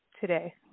today